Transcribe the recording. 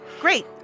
Great